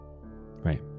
right